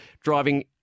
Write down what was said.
driving